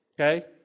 Okay